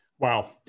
Wow